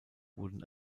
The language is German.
wurden